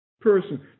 person